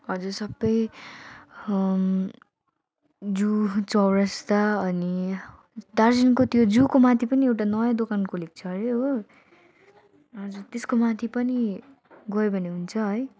हजुर सबै जू चौरस्ता अनि दार्जिलिङको त्यो जूको माथि पनि त्यो एउटा नयाँ दोकान खोलेको छ अरे हो हजुर त्यसको माथि पनि गयो भने हुन्छ है